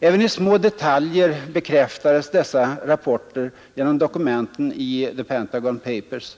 Även i små detaljer bekräftades dessa rapporter genom dokumenten i The Pentagon Papers.